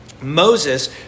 Moses